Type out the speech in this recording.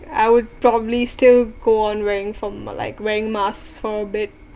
I would probably still go on wearing from like wearing masks for a bit